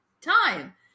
time